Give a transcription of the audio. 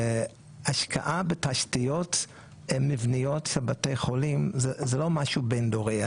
השקעה בתשתיות מבניות ובתי חולים זה לא משהו בין דורי.